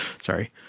Sorry